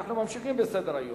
מישהו צריך להחליף אותך.